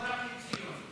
לא רק לציון.